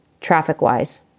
traffic-wise